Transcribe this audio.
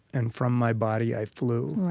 and from my body i flew.